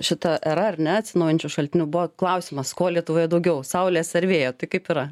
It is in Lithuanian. šita era ar ne atsinaujinančių šaltinių buvo klausimas ko lietuvoje daugiau saulės ar vėjo tai kaip yra